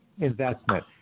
investment